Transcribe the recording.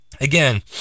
again